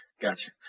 gotcha